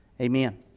Amen